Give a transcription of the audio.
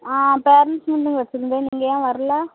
ஆ parents meeting வச்சுருந்தேன் நீங்கள் ஏன் வரலை